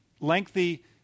lengthy